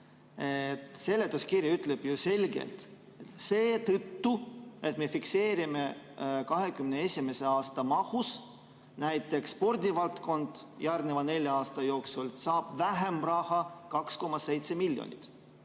Seletuskiri ütleb ju selgelt: seetõttu, et me fikseerime 2021. aasta mahus, saab näiteks spordivaldkond järgneva nelja aasta jooksul vähem raha, 2,7 miljonit.